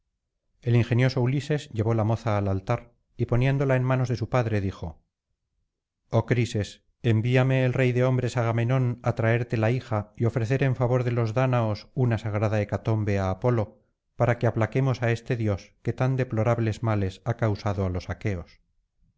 el ingenioso ulises llevó la moza al altar y poniéndola en manos de su padre dijo oh crises envíame el rey de hombres agamenón á traerte la hija y ofrecer en favor de los dáñaos una sagrada hecatombe á apolo para que aplaquemos á este dios que tan deplorables males ha causado á los aqueos